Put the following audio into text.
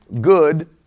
good